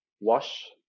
Wash